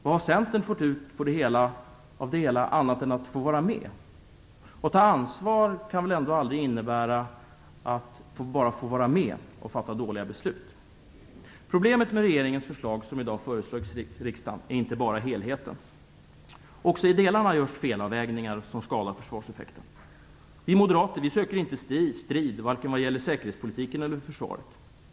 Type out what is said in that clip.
Vad har Centern fått ut av det hela annat än att få vara med? Att ta ansvar kan väl ändå aldrig innebära att bara få vara med och fatta dåliga beslut? Problemet med regeringens förslag, som i dag föreläggs riksdagen, är inte bara helheten. Också i delarna görs felavvägningar som skadar försvarseffekten. Vi moderater söker inte strid vare sig vad gäller säkerhetspolitiken eller Försvaret.